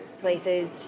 places